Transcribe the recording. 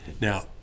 Now